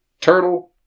turtle